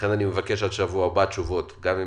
אני מבקש שעד שבוע הבא יהיו תשובות חיוביות